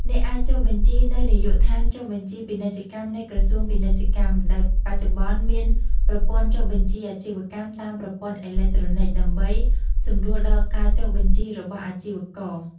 អ្នកអាចចុះបញ្ជីនៅ នាយកដ្ឋានចុះបញ្ជីពាណិជ្ជកម្មនៃក្រសួងពាណិជ្ជកម្ម ដែលបច្ចុប្បន្ន មាន ប្រព័ន្ធចុះបញ្ជីអាជីវកម្មតាមប្រព័ន្ធអេឡិចត្រូនិក ដើម្បីសម្រួលដល់ការចុះបញ្ជីរបស់អាជីករ។